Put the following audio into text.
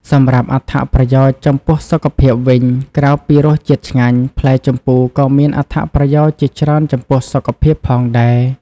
សម្រាប់អត្ថប្រយោជន៍ចំពោះសុខភាពវិញ ក្រៅពីរសជាតិឆ្ងាញ់ ផ្លែជម្ពូក៏មានអត្ថប្រយោជន៍ជាច្រើនចំពោះសុខភាពផងដែរ។